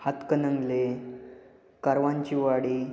हातकनंगले करवांची वाडी